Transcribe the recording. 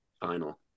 final